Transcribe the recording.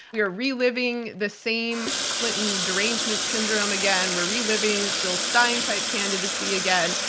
we are reliving the same clinton derangement syndrome again. we're reliving jill stein-type candidacy again.